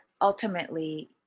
ultimately